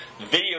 video